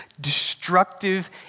destructive